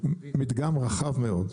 מדגם רחב מאוד,